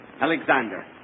Alexander